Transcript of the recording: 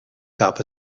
gab